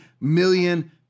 million